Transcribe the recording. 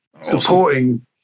supporting